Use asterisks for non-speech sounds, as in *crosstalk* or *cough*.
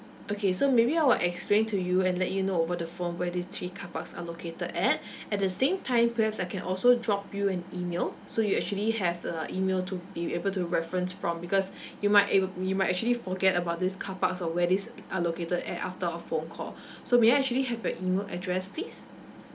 okay so maybe I will explain to you and let you know over the phone where these three car parks are located at *breath* at the same time perhaps I can also drop you an email so you actually have the email to be able to reference from because you might ac~ you might actually forget about these car parks or where these are located at after our phone call *breath* so may I actually have your email address please